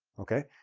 okay?